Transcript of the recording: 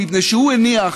מפני שהוא הניח